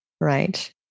Right